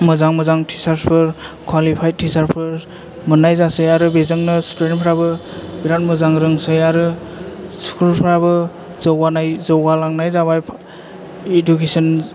मोजां मोजां थिसारसफोर कवालिफाइद थिसारफोर मोननाय जासै आरो बेजोंनो सुथुदेन्तफ्राबो बिराथ मोजां रोंसै आरो स्कुलफ्राबो जौगानाय जौगालांनाय जाबाय इदुखेसन